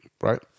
right